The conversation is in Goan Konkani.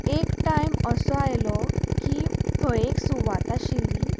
एक टायम असो आयलो की थंय एक सुवात आशिल्ली